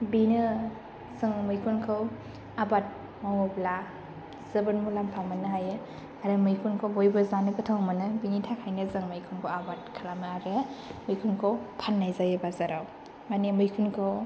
बिनो जों मैखुनखौ आबाद मावोब्ला जोबोर मुलाम्फा मोन्नो हायो आरो मैखुनखौ बयबो जानो गोथाव मोनो बिनि थाखायनो जों मैखुनखौ आबाद खालामो आरो मैखुनखौ फान्नाय जायो बाजाराव मानि मैखुनखौ